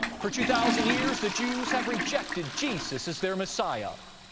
for two thousand years the jews have rejected jesus as their messiah,